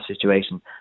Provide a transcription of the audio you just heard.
situation